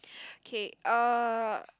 K uh